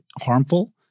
harmful